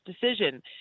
decision